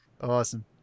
Awesome